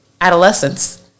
adolescence